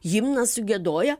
himną sugiedoję